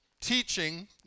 teaching